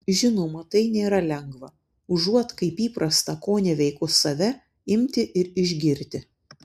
žinoma tai nėra lengva užuot kaip įprasta koneveikus save imti ir išgirti